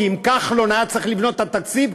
כי אם כחלון היה צריך לבנות את התקציב,